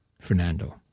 Fernando